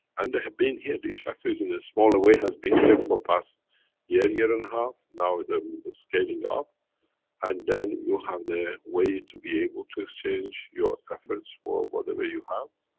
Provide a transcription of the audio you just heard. and they have been here, these factories, in a smaller way, has been here, for past year, year and a half. now with them scaling up and then, you have the way to be able to exchange your efforts for whatever you have.